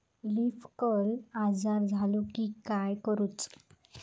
Leaf curl आजार झालो की काय करूच?